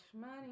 money